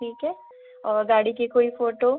ठीक है और गाड़ी की एक कोई फोटो